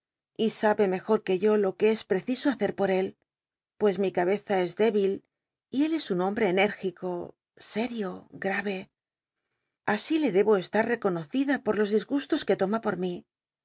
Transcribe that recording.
y sabe mejor que yo lo c ue es preciso hacer por él pues mi cabeza es débil y él es un hombre enérgico serio grave así le tlcbo estar reconocida por los disgustos que toma por mi